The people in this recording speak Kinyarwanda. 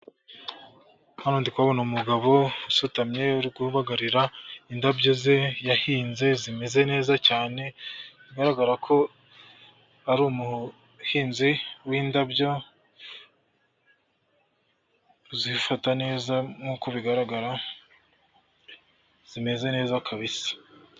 Hano ndi kuhabona umugabo usutamye uri kubagarira indabyo ze yahinze zimeze neza cyane bigaragara ko ari umuhinzi w'indabyo uzifata neza nk'uko bigaragara zimeze neza kabisa.